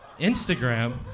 Instagram